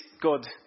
God